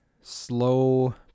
slow